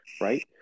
right